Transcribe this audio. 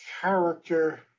character